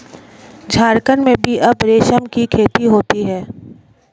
झारखण्ड में भी अब रेशम की खेती होती है